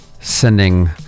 sending